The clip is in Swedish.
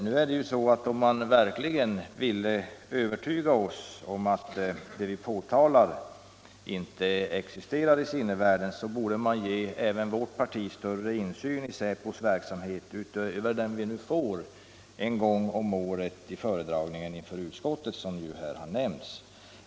Nu är det ju så att om man verkligen ville övertyga oss om att det vi påtalar inte existerar i sinnevärlden borde man ge även vårt parti större insyn i säpos verksamhet, utöver den vi nu får en gång om året vid föredragningen inför utskottet, som här har nämnts.